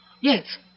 Yes